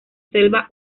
selva